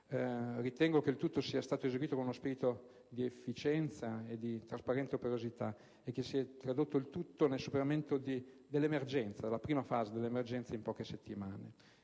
Ritengo che tutto sia stato eseguito con uno spirito di efficiente e trasparente operosità, che si è tradotto nel superamento della prima fase dell'emergenza in poche settimane.